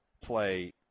play